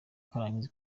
karahanyuze